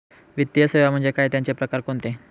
वित्तीय सेवा म्हणजे काय? त्यांचे प्रकार कोणते?